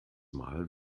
mal